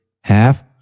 half